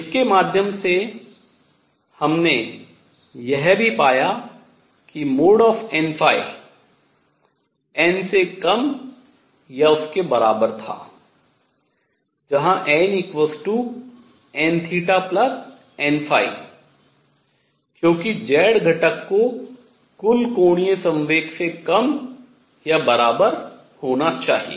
इसके माध्यम से हमने यह भी पाया कि mod of n n से कम या उसके बराबर था जहां nnn क्योंकि z घटक को कुल कोणीय संवेग से कम या बराबर होना चाहिए